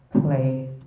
play